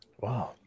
Wow